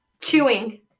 Chewing